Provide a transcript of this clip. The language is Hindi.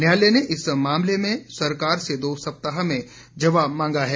न्यायालय ने इस मामले में में सरकार से दो सप्ताह में जवाब मांगा है